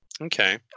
Okay